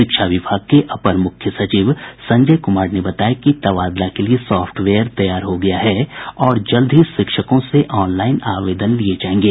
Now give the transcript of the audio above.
शिक्षा विभाग के अपर मुख्य सचिव संजय कुमार ने बताया कि तबादला के लिए साफ्टवेयर तैयार हो गया है और जल्द ही शिक्षकों से ऑनलाईन आवेदन लिये जायेंगे